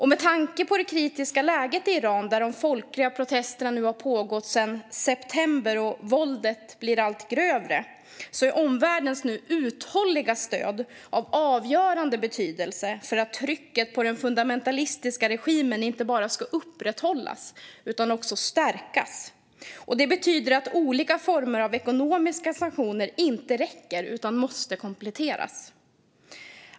Med tanke på det kritiska läget i Iran, där de folkliga protesterna pågått sedan september och våldet blir allt grövre, är uthålligheten i omvärldens stöd avgörande för att trycket på den fundamentalistiska regimen inte bara ska upprätthållas utan stärkas. Det betyder att olika former av ekonomiska sanktioner inte räcker utan måste kompletteras.